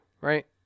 right